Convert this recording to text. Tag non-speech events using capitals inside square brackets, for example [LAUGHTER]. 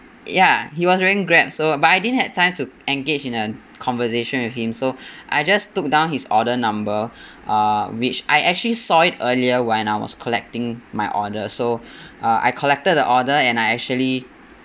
ya he was wearing Grab so uh but I didn't have time to engage in a conversation with him so I just took down his order number uh which I actually saw it earlier when I was collecting my order so [BREATH] I collected the order and I actually